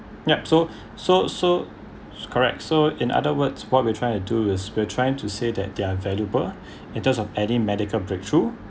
yup so so so correct so in other words what we're trying to do is we're trying to say they are valuable in terms of any medical breakthrough